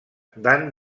abundant